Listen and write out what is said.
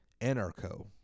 Anarcho